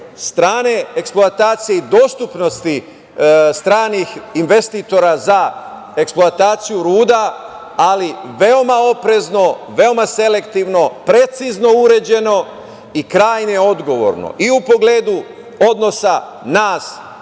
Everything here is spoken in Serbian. strane eksploatacije i dostupnosti stranih investitora za eksploataciju ruda, ali veoma oprezno, veoma selektivno, precizno uređeno i krajnje odgovorno i u pogledu odnosa nas